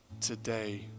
today